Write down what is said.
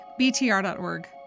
BTR.org